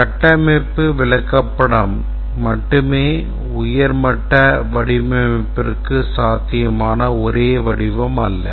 கட்டமைப்பு விளக்கப்படம் மட்டுமே உயர் மட்ட வடிவமைப்பிற்கு சாத்தியமான ஒரே வடிவம் அல்ல